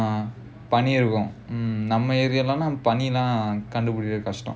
ah பனி இருக்கும்:pani irukkum mm பனிலாம் கண்டுபிடிக்கிறது கஷ்டம்:panilaam kandu pidikirathu kashtam